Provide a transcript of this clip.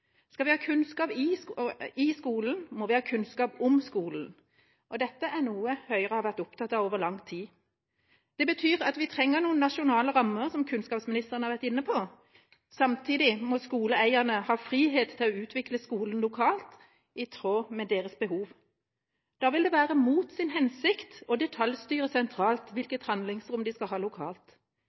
Skal vi ha kunnskap i skolen, må vi ha kunnskap om skolen. Dette er noe Høyre har vært opptatt av over lang tid. Det betyr at vi trenger noen nasjonale rammer, noe kunnskapsministeren har vært inne på. Samtidig må skoleeierne ha frihet til å utvikle skolen lokalt, i tråd med sine behov. Da vil det være mot sin hensikt å detaljstyre sentralt hvilket handlingsrom de skal ha lokalt.